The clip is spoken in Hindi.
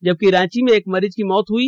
जबकि रांची में एक मरीज की मौत हुई